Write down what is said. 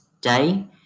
day